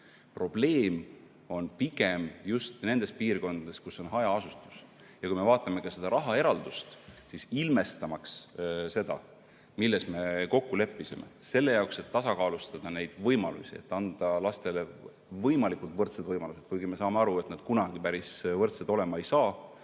Probleem on pigem just nendes piirkondades, kus on hajaasustus. Vaatame seda rahaaeraldust, ilmestamaks seda, milles me kokku leppisime, selle jaoks et tasakaalustada neid võimalusi ja anda lastele võimalikult võrdsed võimalused – kuigi me saame aru, et need kunagi päris võrdsed olema ei saa.